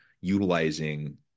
utilizing